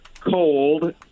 cold